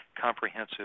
comprehensive